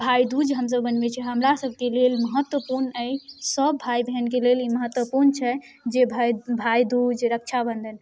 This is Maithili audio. भाइदूज मनबै छिए हमरासबके लिए महत्वपूर्ण अछि सब भाइ बहिनके लेल महत्वपूर्ण छै जे भाइ भाइदूज रक्षाबन्धन